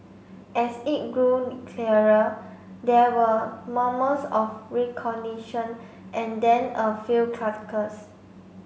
as it grew clearer there were murmurs of recognition and then a few chuckles